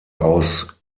aus